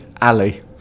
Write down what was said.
Alley